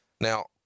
now